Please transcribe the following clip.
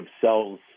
cells